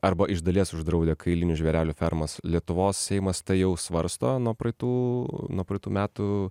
arba iš dalies uždraudę kailinių žvėrelių fermas lietuvos seimas tai jau svarsto nuo praeitų nuo praeitų metų